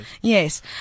Yes